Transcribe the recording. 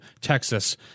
Texas